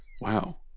Wow